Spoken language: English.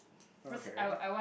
okay